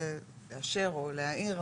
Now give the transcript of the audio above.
ליישר או להעיר,